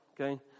Okay